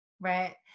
Right